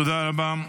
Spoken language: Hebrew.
תודה רבה.